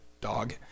dog